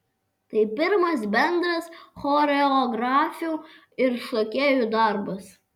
tai pirmas bendras choreografių ir šokėjų darbas